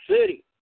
City